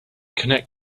connect